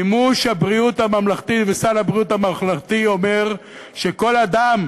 מימוש חוק ביטוח בריאות ממלכתי וסל הבריאות הממלכתי אומר שכל אדם,